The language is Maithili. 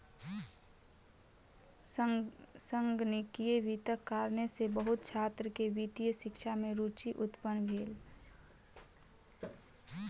संगणकीय वित्तक कारणेँ बहुत छात्र के वित्तीय शिक्षा में रूचि उत्पन्न भेल